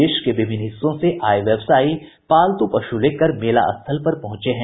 देश के विभिन्न हिस्सों से आये व्यवसायी पालतू पशु लेकर मेला स्थल पर पहुंचे हैं